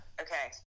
Okay